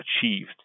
achieved